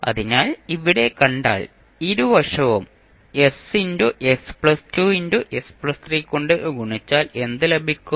അതിനാൽ ഇവിടെ കണ്ടാൽ ഇരുവശവും s s 2 s 3 കൊണ്ട് ഗുണിച്ചാൽ എന്ത് ലഭിക്കും